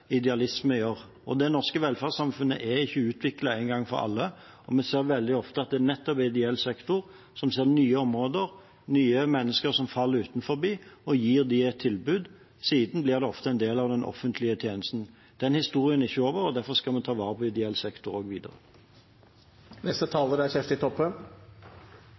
idealisme gjør. Det norske velferdssamfunnet er ikke ferdig utviklet en gang for alle, og vi ser veldig ofte at det er nettopp ideell sektor som ser nye områder og nye mennesker som faller utenfor, og gir dem et tilbud. Siden blir det ofte en del av den offentlige tjenesten. Den historien er ikke over, og derfor skal vi ta vare på ideell sektor også videre. Representanten Kjersti Toppe